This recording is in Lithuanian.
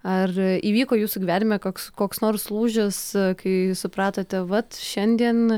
ar įvyko jūsų gyvenime koks koks nors lūžis kai supratote vat šiandien